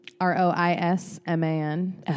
r-o-i-s-m-a-n